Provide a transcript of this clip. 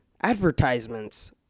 advertisements